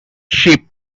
ship